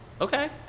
okay